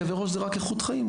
כאבי ראש זה רק איכות חיים,